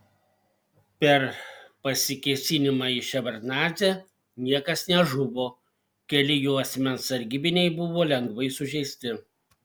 per pasikėsinimą į ševardnadzę niekas nežuvo keli jo asmens sargybiniai buvo lengvai sužeisti